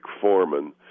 Foreman